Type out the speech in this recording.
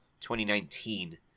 2019